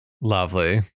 Lovely